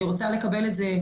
אני רוצה לקבל את זה,